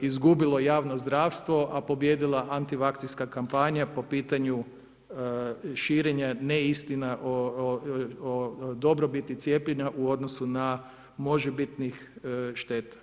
izgubilo javno zdravstvo, a pobijedila antivakcijska kampanja po pitanju širenja neistina o dobrobiti cijepljenja u odnosu na možebitnih šteta.